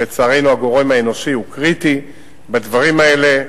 לצערנו הגורם האנושי הוא קריטי בדברים האלה.